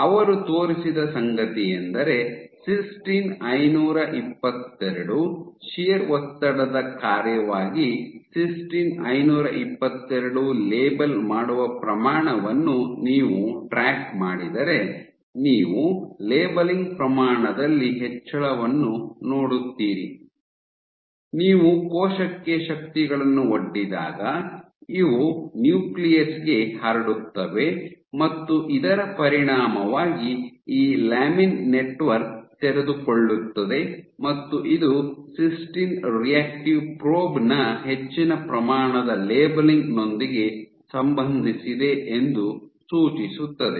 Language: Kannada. ಅವರು ತೋರಿಸಿದ ಸಂಗತಿಯೆಂದರೆ ಸಿಸ್ಟೀನ್ ಐನೂರ ಇಪ್ಪತ್ತೆರಡು ಶಿಯರ್ ಒತ್ತಡದ ಕಾರ್ಯವಾಗಿ ಸಿಸ್ಟೀನ್ ಐನೂರ ಇಪ್ಪತ್ತೆರಡು ಲೇಬಲ್ ಮಾಡುವ ಪ್ರಮಾಣವನ್ನು ನೀವು ಟ್ರ್ಯಾಕ್ ಮಾಡಿದರೆ ನೀವು ಲೇಬಲಿಂಗ್ ಪ್ರಮಾಣದಲ್ಲಿ ಹೆಚ್ಚಳವನ್ನು ನೋಡುತ್ತೀರಿ ನೀವು ಕೋಶಕ್ಕೆ ಶಕ್ತಿಗಳನ್ನು ಒಡ್ಡಿದಾಗ ಇವು ನ್ಯೂಕ್ಲಿಯಸ್ ಗೆ ಹರಡುತ್ತವೆ ಮತ್ತು ಇದರ ಪರಿಣಾಮವಾಗಿ ಈ ಲ್ಯಾಮಿನ್ ನೆಟ್ವರ್ಕ್ ತೆರೆದುಕೊಳ್ಳುತ್ತದೆ ಮತ್ತು ಇದು ಸಿಸ್ಟೀನ್ ರಿಯಾಕ್ಟಿವ್ ಪ್ರೋಬ್ ನ ಹೆಚ್ಚಿನ ಪ್ರಮಾಣದ ಲೇಬಲಿಂಗ್ ನೊಂದಿಗೆ ಸಂಬಂಧಿಸಿದೆ ಎಂದು ಸೂಚಿಸುತ್ತದೆ